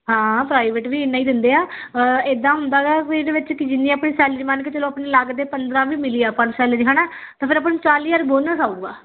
ਹਾਂ ਪ੍ਰਾਈਵੇਟ ਵੀ ਇੰਨਾ ਹੀ ਦਿੰਦੇ ਆ ਇੱਦਾਂ ਹੁੰਦਾ ਗਾ ਵੀ ਇਹਦੇ ਵਿੱਚ ਕਿ ਜਿੰਨੀ ਆਪਣੀ ਸੈਲਰੀ ਮੰਨ ਕੇ ਚੱਲੋ ਆਪਣੇ ਲੱਗਦੇ ਪੰਦਰਾਂ ਵੀਹ ਮਿਲੀ ਆ ਆਪਾਂ ਨੂੰ ਸੈਲਰੀ ਹੈ ਨਾ ਤਾਂ ਫਿਰ ਆਪਾਂ ਨੂੰ ਚਾਲੀ ਹਜ਼ਾਰ ਬੋਨਸ ਆਵੇਗਾ